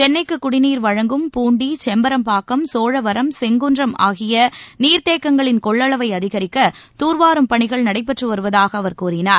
சென்னைக்கு குடிநீர் வழங்கும் பூண்டி செம்பரம்பாக்கம் சோழவரம் செங்குன்றம் ஆகிய நீர்த்தேக்கங்களின் கொள்ளளவை அதிகரிக்க தூர்வாரும் பணிகள் நடைபெற்று வருவதாக அவர் கூறினார்